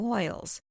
oils